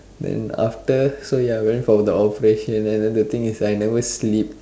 then after so ya I went from the operation and then the thing is I never sleep